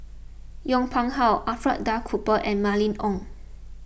Yong Pung How Alfred Duff Cooper and Mylene Ong